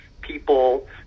people